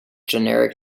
generic